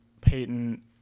Peyton